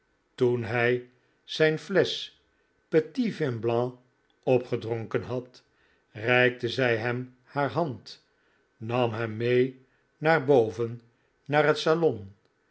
toen hij zijn flesch petit vin blanc opgedronken had reikte zij hem haar hand nam hem mee naar boven naar het salon